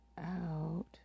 out